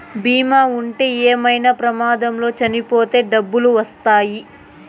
బీమా ఉంటే ఏమైనా ప్రమాదంలో చనిపోతే డబ్బులు వత్తాయి